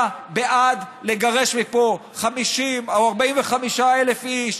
בעד לגרש מפה 50,000 או 45,000 איש,